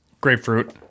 grapefruit